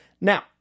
Now